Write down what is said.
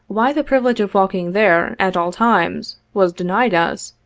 why the privilege of walking there, at all times, was denied us,